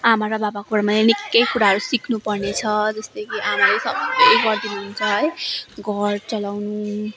आमा र बाबाकोबाट मैले निकै कुराहरू सिक्नु पर्नेछ जस्तै कि आमाले सबै गरिदिनुहुन्छ है घर चलाउनु